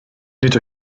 nid